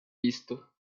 visto